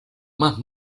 más